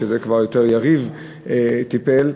בזה כבר יריב טיפל יותר,